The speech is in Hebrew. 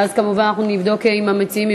ואז כמובן אנחנו נבדוק עם המציעים,